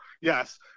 yes